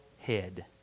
head